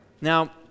Now